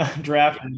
draft